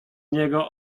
niego